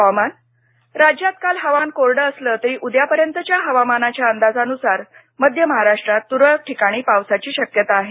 हवामान् राज्यात काल हवामान कोरडं असलं तरीउद्या पर्यंतच्या हवामानाच्या अंदाजानुसार मध्य महाराष्ट्रात तुरळक ठिकाणी पावसाचीशक्यता आहे